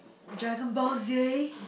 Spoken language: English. dragon ball Z